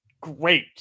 great